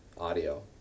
audio